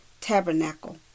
tabernacle